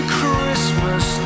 Christmas